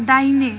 दाहिने